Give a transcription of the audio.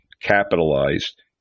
capitalized